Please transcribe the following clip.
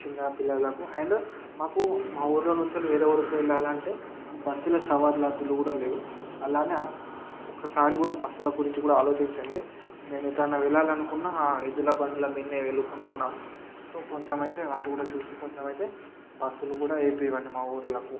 చిన్నపిల్లలకు అండ్ మాకు మా ఊర్లో నుంచి వేరే ఊరికి వెళ్ళాలంటే బస్సుల సవర్లతలు కూడా లేవు అలానే ఒకసారి కూడా బస్సుల గురించి కూడా ఆలోచించండి నేను ఎక్కడన్న వెళ్ళాలనుకున్న ఎద్దుల బండ్ల మీదనే వెళ్ళుకుంటున్నాము సో కొంచెం అయితే వాటిని కూడా చూసి కొంచెం అయితే బస్సులు కూడా వేపియండి మా ఊరిలో